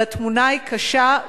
אבל התמונה היא קשה,